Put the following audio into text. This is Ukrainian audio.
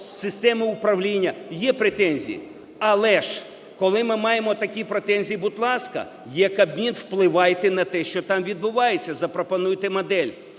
системи управління, є претензії, але ж, коли ми маємо такі претензії, будь ласка, є Кабмін, впливайте на те, що там відбувається, запропонуйте модель.